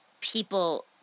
people